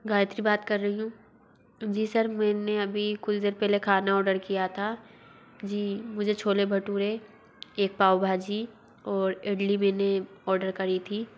गायत्री बात कर रही हूँ जी सर मैंने अभी कुछ देर पेले खाना ऑर्डर किया था जी मुझे छोले भटूरे एक पाव भाजी ओर इडली मैंने ऑर्डर करी थी